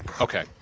Okay